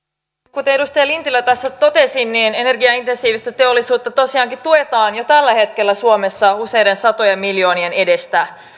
kuten edustaja lintilä tässä totesi energiaintensiivistä teollisuutta tosiaankin tuetaan jo tällä hetkellä suomessa useiden satojen miljoonien edestä